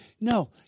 No